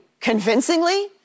convincingly